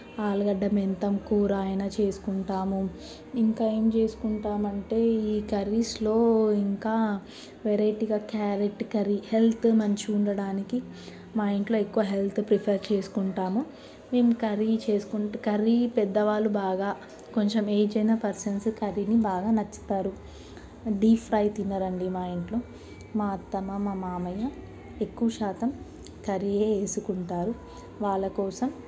ఆలుగడ్డ మెంతం కూర ఆయన చేసుకుంటాము ఇంకా ఏం చేసుకుంటాం అంటే ఈ కర్రీస్లో ఇంకా వెరైటీగా క్యారెట్ కర్రీ హెల్త్ మంచిగా ఉండడానికి మా ఇంట్లో ఎక్కువ హెల్త్ ప్రిఫెర్ చేసుకుంటాము మేము కర్రీ చేసుకుంటు కర్రీ పెద్దవాళ్లు బాగా కొంచెం ఏజ్ అయిన పర్సన్స్ కర్రీని బాగా నచ్చుతారు డీప్ ఫ్రై తినరండి మా ఇంట్లో మా అత్తమ్మ మామయ్య ఎక్కువ శాతం కర్రీయే వేసుకుంటారు వాళ్ల కోసం